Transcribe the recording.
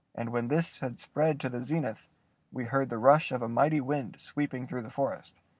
and when this had spread to the zenith we heard the rush of a mighty wind sweeping through the forest,